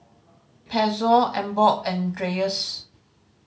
Pezzo Emborg and Dreyers